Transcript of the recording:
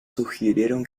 sugirieron